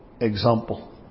example